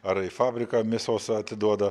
ar į fabriką mėsos atiduoda